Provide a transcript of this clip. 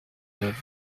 neuve